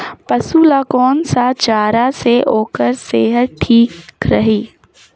पशु ला कोन स चारा से ओकर सेहत ठीक रही?